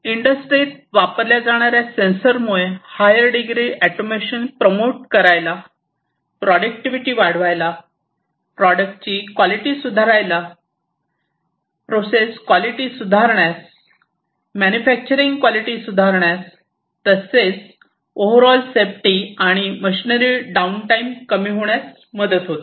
industries वापरल्या जाणाऱ्या sensors मुळे हायर डिग्री ऑटोमेशन प्रमोट करायला प्रॉटडक्टिविटी वाढवायला प्रॉडक्टची क्वॉलिटी सुधारायला प्रोसेस क्वॉलिटी सुधारण्यास मॅन्युफॅक्चरिंग क्वॉलिटी सुधारण्यास तसेच ओव्हर ऑल सेफ्टी आणि मशिनरी डाऊन टाईम कमी होण्यास मदत होते